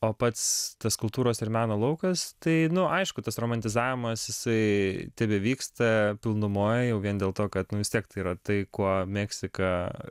o pats tas kultūros ir meno laukas tai nu aišku tas romantizavimas jisai tebevyksta pilnumoj jau vien dėl to kad nu vis tiek tai yra tai kuo meksika